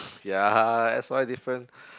ya that's why different